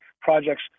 projects